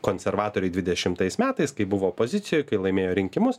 konservatoriai dvidešimtais metais kai buvo opozicijoj kai laimėjo rinkimus